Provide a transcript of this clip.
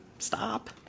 stop